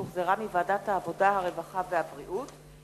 שהחזירה וועדת העבודה, הרווחה והבריאות.